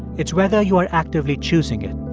it's whether you are actively choosing it.